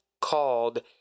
called